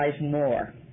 more